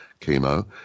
chemo